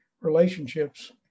relationships